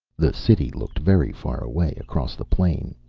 the city looked very far away across the plain,